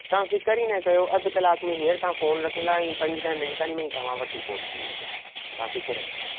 तां फ़िक्रु ई न कयो अधु कलाक में हींअर तव्हां फ़ोन रखंदा ऐं पंज ॾह मिंटनि में ई तव्हां वटि हू पहुची वेंदो तव्हां फ़िक्रु न कयो